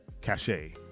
cachet